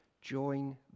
join